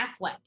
Affleck